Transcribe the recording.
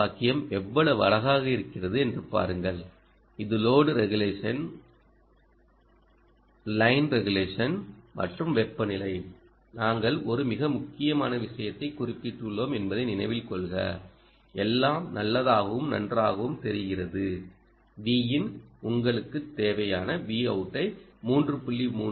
இந்த வாக்கியம் எவ்வளவு அழகாக இருக்கிறது என்று பாருங்கள் இது லோடு ரெகுலேஷன்லைன் ரெகுலேஷன்மற்றும் வெப்பநிலை நாங்கள் ஒரு மிக முக்கியமான விஷயத்தை குறிப்பிட்டுள்ளோம் என்பதை நினைவில் கொள்க எல்லாம் நல்லதாகவும் நன்றாகவும் தெரிகிறது Vi உங்களுக்கு தேவையான Vout ஐ 3